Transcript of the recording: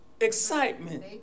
excitement